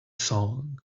song